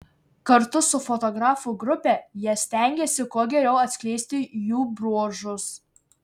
kartu su fotografų grupe jie stengėsi kuo geriau atskleisti jų bruožus